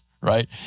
right